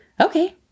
okay